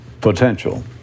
potential